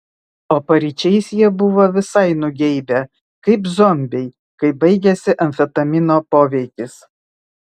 o paryčiais jie buvo visai nugeibę kaip zombiai kai baigėsi amfetamino poveikis